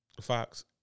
Fox